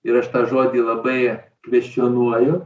ir aš tą žodį labai kvesčionuoju